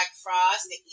Frost